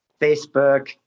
facebook